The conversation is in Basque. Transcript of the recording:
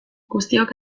guztiok